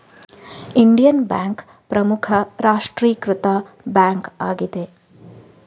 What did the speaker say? Indian bank ಪ್ರಮುಖ ರಾಷ್ಟ್ರೀಕೃತ bank ಆಗಿದೆ